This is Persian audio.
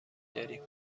داریم